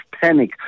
panic